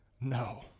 No